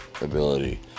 ability